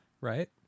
right